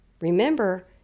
Remember